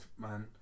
man